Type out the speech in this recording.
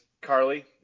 Carly